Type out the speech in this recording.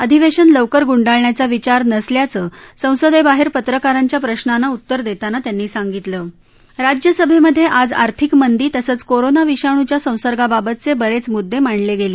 अधिवेशन लवकर ग्ंडाळण्याचा विचार नसल्याचं संसदेबाहेर पत्रकारांच्या प्रश्नांना उत्तर देताना त्यांनी सांगितलं राज्यसभेमधे आज आर्थिक मंदी तसंच कोरोना विषाणूच्या संसर्गाबाबतचे बरेच मृददे मांडले गेले